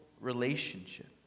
relationship